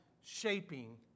shaping